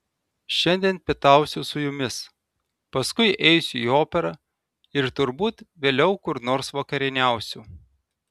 šiandien pietausiu su jumis paskui eisiu į operą ir turbūt vėliau kur nors vakarieniausiu